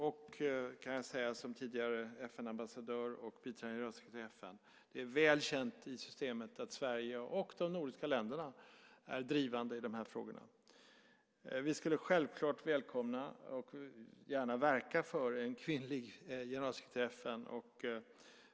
Och, kan jag säga som tidigare FN-ambassadör och biträdande generalsekreterare i FN, det är väl känt i systemet att Sverige och de nordiska länderna är drivande i de här frågorna. Vi skulle självklart välkomna och gärna verka för en kvinnlig generalsekreterare i FN.